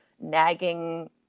nagging